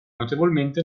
notevolmente